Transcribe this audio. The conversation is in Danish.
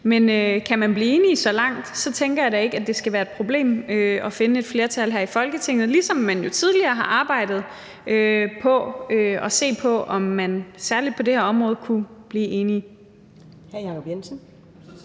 men kan man blive enige så langt, tænker jeg da ikke, at det skal være et problem at finde et flertal her i Folketinget, ligesom man jo tidligere har arbejdet på at se på, om man særlig på det her område kunne blive enige.